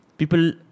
People